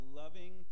loving